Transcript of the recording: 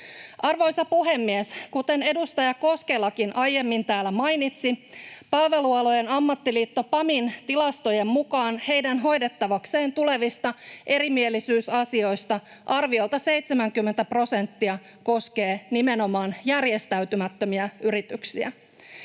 Arvoisa puhemies! Kuten edustaja Koskelakin aiemmin täällä mainitsi, Palvelualojen Ammattiliitto PAMin tilastojen mukaan heidän hoidettavakseen tulevista erimielisyysasioista arviolta 70 prosenttia koskee nimenomaan järjestäytymättömiä yrityksiä.